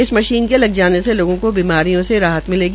इस मशीन के लग जाने से लोगों को बीमारियों से राहत मिलेगी